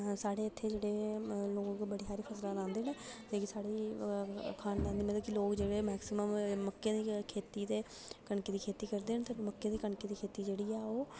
साढ़े इत्थै जेह्ड़े बड़ी सारी फसलां लांदे न साढ़ी खानदानी मतलब लोक जेह्ड़े मैक्सीमम मक्के दी गै खेती जे कनके दी खेती करदे न ते मक्के ते कनक दी खेती जेह्ड़ी ऐ ओह्